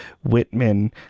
Whitman